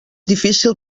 difícil